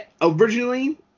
originally